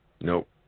Nope